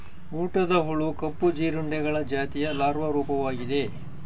ಊಟದ ಹುಳು ಕಪ್ಪು ಜೀರುಂಡೆಗಳ ಜಾತಿಯ ಲಾರ್ವಾ ರೂಪವಾಗಿದೆ